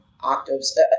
octaves